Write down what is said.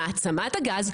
מעצמת הגז,